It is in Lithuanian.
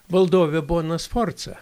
valdovė bona sforca